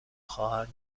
خواهر